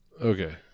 Okay